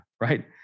right